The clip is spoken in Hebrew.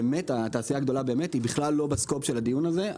התעשייה הגדולה באמת היא בכלל לא בסקופ של הדיון הזה.